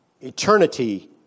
Eternity